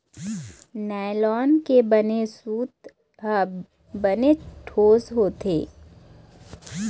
nylon के बने सूत ह बनेच ठोस होथे